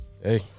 hey